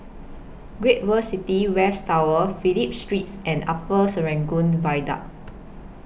Great World City West Tower Phillip Streets and Upper Serangoon Viaduct